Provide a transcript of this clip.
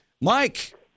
Mike